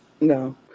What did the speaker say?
No